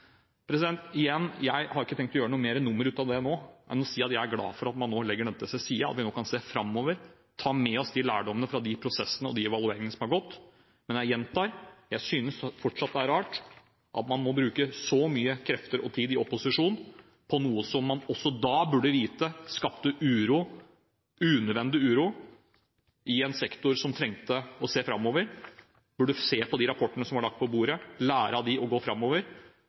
Igjen: Jeg har ikke tenkt å gjøre noe mer nummer utav det nå enn å si at jeg er glad for at man nå legger dette til side, at vi nå kan se framover, tar med oss de lærdommene fra de prosessene og de evalueringene som har gått. Men jeg gjentar: Jeg synes fortsatt det er rart at man må bruke så mye krefter og tid i opposisjon på noe som man også burde vite skapte unødvendig uro i en sektor som trengte å se framover. Man burde se på de rapportene som var lagt på bordet, lære av dem, og gå framover,